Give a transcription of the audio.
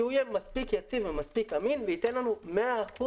שהוא יהיה מספיק יציב ומספיק אמין וייתן לנו 100%,